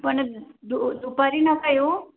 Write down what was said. पण दु दुपारी नका येऊ